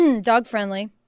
dog-friendly